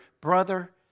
brother